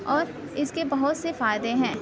اور اِس کے بہت سے فائدے ہیں